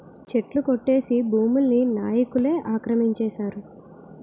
చెట్లు కొట్టేసి భూముల్ని నాయికులే ఆక్రమించేశారు